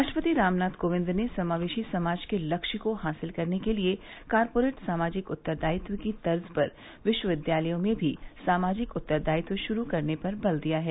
राष्ट्रपति रामनाथ कोविंद ने समावेशी समाज के लक्ष्य को हासिल करने के लिए कॉरपोरेट सामाजिक उत्तरदायित्व की तर्ज पर विश्वविद्यालयों में भी सामाजिक उत्तरदायित्व शुरू करने पर बल दिया है